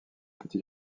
petit